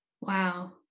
Wow